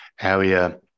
area